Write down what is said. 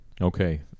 Okay